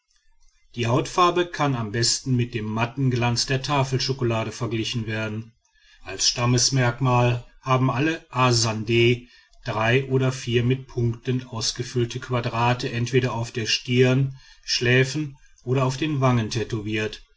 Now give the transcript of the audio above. die hautfarbe kann am besten mit dem matten glanz der tafelschokolade verglichen werden als stammesmerkmal haben alle a sandeh drei oder vier mit punkten ausgefüllte quadrate entweder auf stirn schläfen oder auf den wangen tätowiert